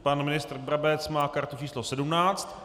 Pan ministr Brabec má kartu číslo 17.